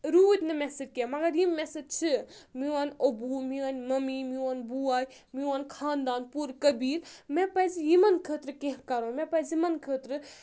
روٗدۍ نہٕ مےٚ سۭتۍ کینٛہہ مَگَر یِم مےٚ سۭتۍ چھِ میون اوٚبوٗ میٛٲنۍ ممی میون بوے میون خاندان پوٗرٕ قبیٖر مےٚ پَزِ یِمَن خٲطرٕ کینٛہہ کَرُن مےٚ پَزِ یِمَن خٲطرٕ